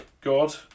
god